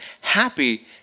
happy